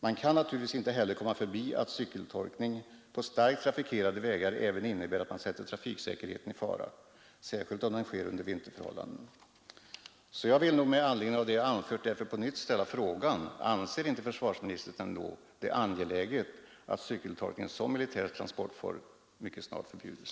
Man kan naturligtvis inte heller komma förbi att cykeltolkning på starkt trafikerade vägar även innebär att man sätter trafiksäkerheten i fara, särskilt om tolkningen sker under vinterförhållanden Jag vill med anledning av det jag anfört därför på nytt ställa frågan Anser inte försvarsministern det angeläget att cykeltolkning som militär transportform mycket snart förbjudes?